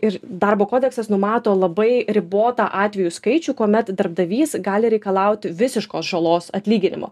ir darbo kodeksas numato labai ribotą atvejų skaičių kuomet darbdavys gali reikalauti visiškos žalos atlyginimo